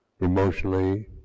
emotionally